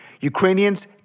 Ukrainians